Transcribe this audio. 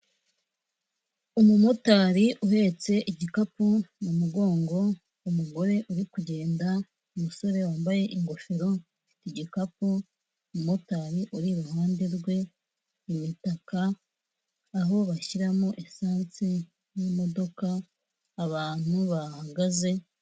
Umumotari uhetse igikapu mu mugongo, umugore uri kugenda, umusore wambaye ingofero afite igikapu, umumotari uri iruhande rwe, imitaka aho bashyiramo lisansi n'imodoka, abantu bahagaze.